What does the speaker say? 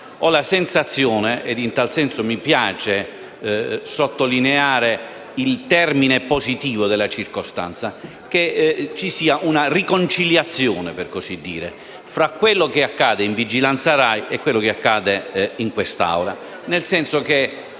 Ho la sensazione - e in tal senso mi piace sottolineare il termine positivo della circostanza - che ci sia una riconciliazione, per così dire, fra quello che accade in Commissione di vigilanza RAI e quello che accade in quest'Aula,